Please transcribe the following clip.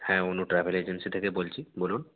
হ্যাঁ Anu travel agency থেকে বলছি বলুন